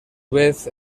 vez